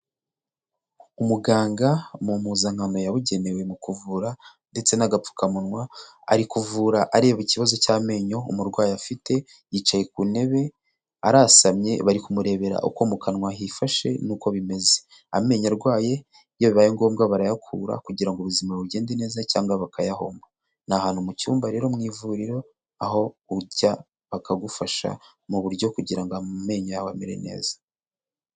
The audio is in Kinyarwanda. Umuganga mu mpuzankano yabugenewe mu kuvura ndetse n'agapfukamunwa ari kuvura areba ikibazo cy'amenyo umurwayi afite yicaye ku ntebe arasamye bari kumurebera uko mu kanwa hifashe n'uko bimeze amenyo arwaye iyo bibaye ngombwa barayakura kugira ngo ubuzima bugende neza cyangwa bakayahonga ni ahantu mu cyumba rero mu ivuriro aho ucya bakagufasha mu buryo kugira ngo amenyo yawe amere neza.